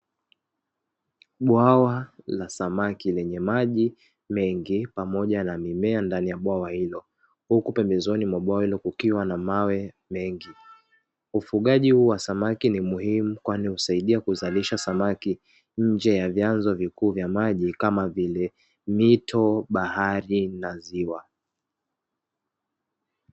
Bwawa la samaki lenye maji mengi, pamoja na mimea ndani ya bwa hilo huku pembezoni mwa bwawa hilo, kukiwa na mawe mengi. Ufugaji huu wa samaki ni muhimu, kwani husaidia kuzalisha Samaki nje ya vyanzo vikuu vya maji kama vile mito, bahari na ziwa.